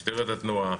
משטרת התנועה,